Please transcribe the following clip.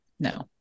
no